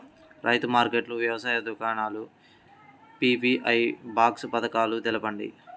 రైతుల మార్కెట్లు, వ్యవసాయ దుకాణాలు, పీ.వీ.ఓ బాక్స్ పథకాలు తెలుపండి?